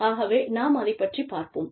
ஆகவே நாம் அதைப் பற்றிப் பார்ப்போம்